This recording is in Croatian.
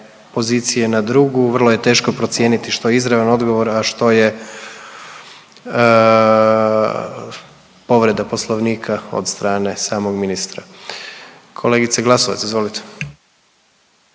pozicije na drugu, vrlo je teško procijeniti što je izravan odgovor, a što je povreda Poslovnika od strane samog ministra. Kolegice Glasovac izvolite.